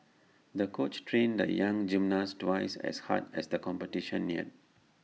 the coach trained the young gymnast twice as hard as the competition neared